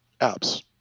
apps